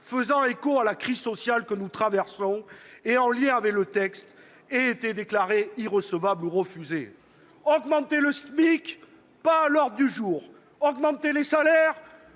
faisant écho à la crise sociale que nous traversons et en lien avec le texte aient été déclarés irrecevables ou refusés ? Augmenter le SMIC ? Pas à l'ordre du jour ! Augmenter les salaires